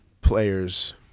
players